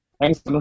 Thanks